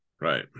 Right